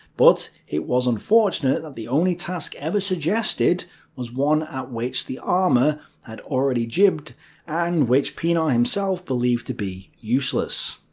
but it was unfortunate that the only task ever suggested was one at which the armour had already jibbed and which pienaar himself believed to be useless.